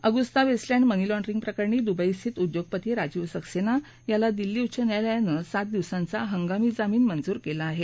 Agusta Westland money laundering प्रकरणी दुबईस्थित उद्योगपती राजीव सक्सेना याला दिल्ली उच्च न्यायालयानं सात दिवसांचा हंगामी जामीन मंजूर केला आहे